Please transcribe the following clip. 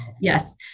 Yes